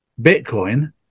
bitcoin